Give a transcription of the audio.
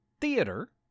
theater